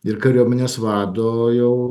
ir kariuomenės vado jau